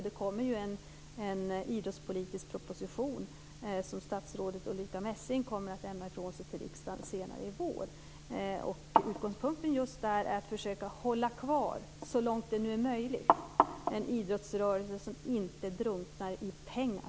Det kommer en idrottspolitisk proposition som statsrådet Ulrica Messing kommer att lämna till riksdagen senare i vår. Utgångspunkten är att så långt det är möjligt försöka hålla kvar en idrottsrörelse som inte drunknar i pengar.